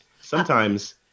sometimes-